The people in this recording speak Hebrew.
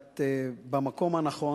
את במקום הנכון.